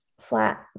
flat